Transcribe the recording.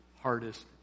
hardest